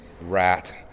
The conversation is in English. RAT